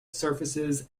surfaces